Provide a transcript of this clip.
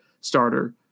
starter